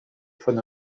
von